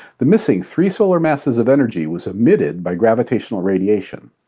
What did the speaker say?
the missing three solar masses of energy was emitted by gravitational radiation.